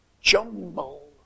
jumble